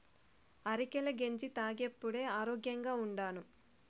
అరికెల గెంజి తాగేప్పుడే ఆరోగ్యంగా ఉండాను